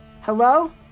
hello